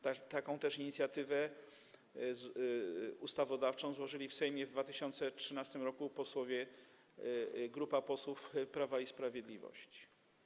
Taką też inicjatywę ustawodawczą złożyła w Sejmie w 2013 r. grupa posłów Prawa i Sprawiedliwości.